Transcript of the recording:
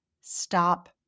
stop